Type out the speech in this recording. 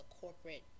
corporate